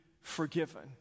forgiven